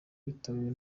witabiriwe